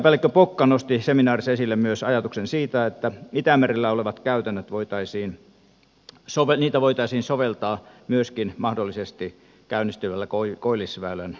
kansliapäällikkö pokka nosti seminaarissa esille myös ajatuksen siitä että itämerellä olevia käytäntöjä voitaisiin soveltaa myöskin mahdollisesti käynnistyvällä koillisväylän alueella